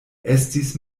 estis